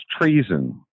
treason